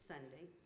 Sunday